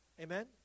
Amen